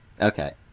Okay